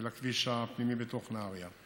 ולכביש הפנימי בתוך נהריה.